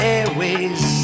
Airways